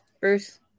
Bruce